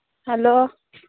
hello